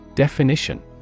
Definition